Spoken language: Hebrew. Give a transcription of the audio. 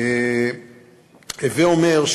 הווי אומר,